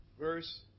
Verse